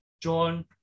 John